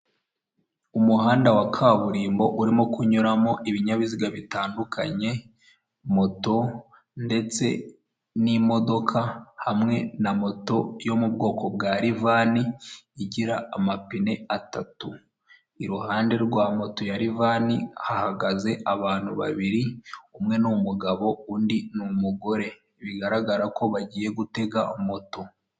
Iduka rya emutiyeni mobayiri mane ritanga serivisi zo kubitsa ndetse, no kubikuza hakaba hariho icyapa cya momo kiri mu ibara ry'umuhondo akaba handitseho izina ry'uburi uri bwishyure ndetse na kode wakoresha mu gihe ugiye kwishyura uwo muntu bikaba byandikishije ibara ry'ubururu kaba riteretse kukameza k'umweru.